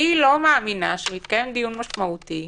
אני לא מאמינה שמתקיים דיון משמעותי.